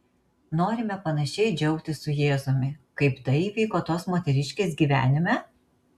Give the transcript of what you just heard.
norime panašiai džiaugtis su jėzumi kaip tai įvyko tos moteriškės gyvenime